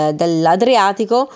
dell'Adriatico